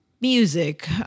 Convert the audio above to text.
music